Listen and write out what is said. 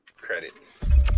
Credits